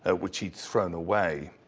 ah which he'd thrown away.